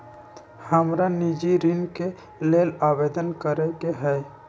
हमरा निजी ऋण के लेल आवेदन करै के हए